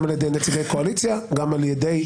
גם על ידי נציגי הקואליציה וגם על ידי